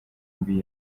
mbi